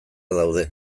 daude